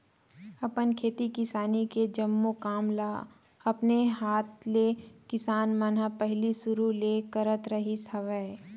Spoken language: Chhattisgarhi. अपन खेती किसानी के जम्मो काम ल अपने हात ले किसान मन ह पहिली सुरु ले करत रिहिस हवय